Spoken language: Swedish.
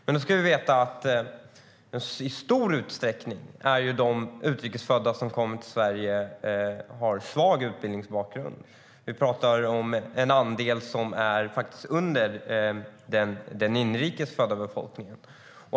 De utrikesfödda som kommer till Sverige har i stor utsträckning en svag utbildningsbakgrund. Andelen ligger under utbildningsbakgrunden hos den inrikes födda befolkningen.